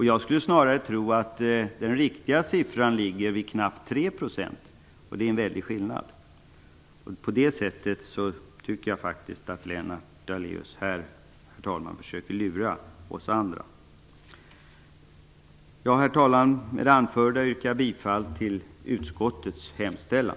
Jag skulle snarare tro att den riktiga siffran ligger på knappt 3 %, och det är en väldig skillnad. På det sättet tycker jag faktiskt att Lennart Daléus försöker lura oss andra. Herr talman! Med det anförda yrkar jag bifall till utskottets hemställan.